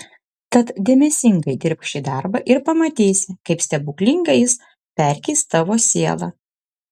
tad dėmesingai dirbk šį darbą ir pamatysi kaip stebuklingai jis perkeis tavo sielą